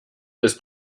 ist